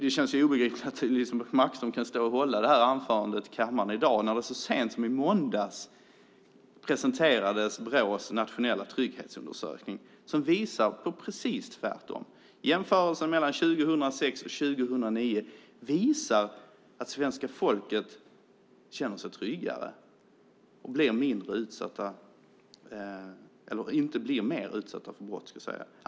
Det känns obegripligt att Elisebeht Markström kan hålla detta anförande i kammaren i dag när Brå så sent som i måndags presenterade sin nationella trygghetsundersökning som visar att det är precis tvärtom. Jämförelsen mellan 2006 och 2009 visar att svenska folket känner sig tryggare och inte blir mer utsatt för brott.